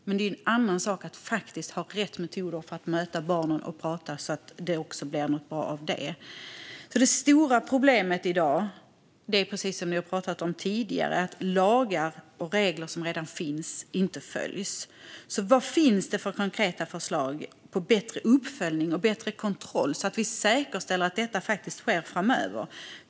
Men det är en annan sak att faktiskt ha rätt metoder för att möta barnen och prata så att det blir något bra av det. Det stora problemet i dag är, precis som vi har talat om tidigare, att lagar och regler som redan finns inte följs. Vad finns det för konkreta förslag på bättre uppföljning och bättre kontroll så att vi säkerställer att det sker framöver?